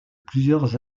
plusieurs